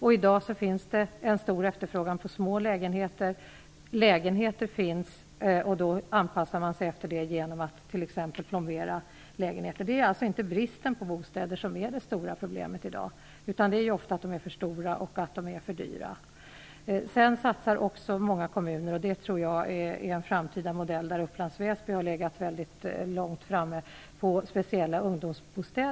I dag finns det en stor efterfrågan på små lägenheter. Det finns lägenheter, och då anpassar man dem genom att t.ex. plombera rum. Det är alltså inte bristen på bostäder som är det stora problemet i dag, utan problemet är att de är för stora och för dyra. Många kommuner satsar också på speciella ungdomsbostäder. Jag tror att det är en framtida modell. Upplands Väsby kommun har här legat mycket långt framme.